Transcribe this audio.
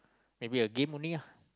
maybe a game only ah